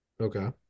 Okay